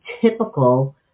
typical